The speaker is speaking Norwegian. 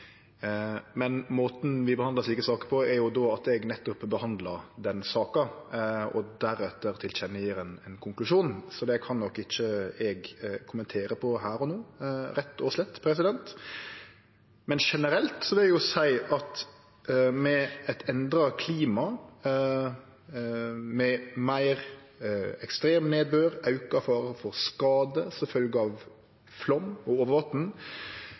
Men måten vi behandlar slike saker på, er jo at eg nettopp behandlar den saka og deretter gjev til kjenne ein konklusjon. Så dette kan eg nok ikkje kommentere her og no, rett og slett. Generelt vil eg seie at med eit endra klima med meir ekstremnedbør er auka fare for skade som følgje av flaum og